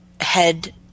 head